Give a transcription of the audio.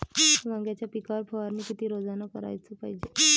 वांग्याच्या पिकावर फवारनी किती रोजानं कराच पायजे?